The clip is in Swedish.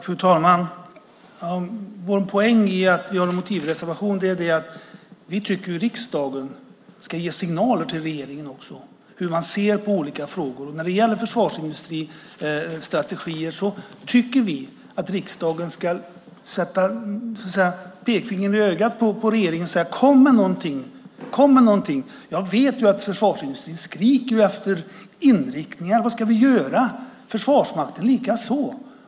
Fru talman! Poängen med vår motivreservation är att vi tycker att riksdagen ska ge signaler till regeringen om hur man ser på olika frågor. När det gäller försvarsindustristrategier tycker vi att riksdagen ska sätta pekfingret i ögat på regeringen och säga att den ska komma med något. Försvarsindustrin skriker efter inriktningar om vad den ska göra, Försvarsmakten likaså.